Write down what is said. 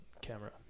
camera